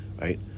right